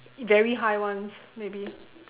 very high ones maybe